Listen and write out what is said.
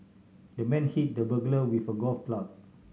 the man hit the burglar with a golf club